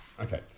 Okay